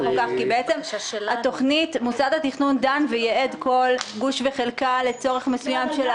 בעצם מוסד התכנון דן וייעד כל גוש וחלקה לצורך מסוים.